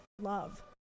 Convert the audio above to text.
love